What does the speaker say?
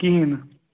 کِہیٖنٛۍ نہٕ